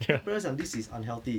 then my parents 讲 this is unhealthy